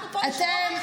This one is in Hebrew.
אנחנו פה לשמור על חיינו,